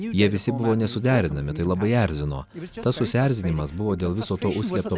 jie visi buvo nesuderinami tai labai erzino tas susierzinimas buvo dėl viso to užslėpto